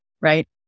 right